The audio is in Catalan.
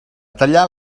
tallar